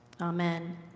Amen